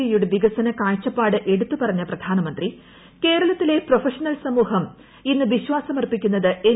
എയുടെ വികസന കാഴ്ചപ്പാട് എടുത്തു പറഞ്ഞ പ്രധാനമന്ത്രി കേരളത്തിലെ പ്രൊഫഷണൽ സമൂഹം ഇന്ന് വിശ്വാസം അർപ്പിക്കുന്നത് എൻ